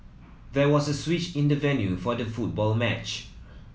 there was a switch in the venue for the football match